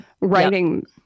writing